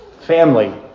family